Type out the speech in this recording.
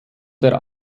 der